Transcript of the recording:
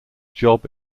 job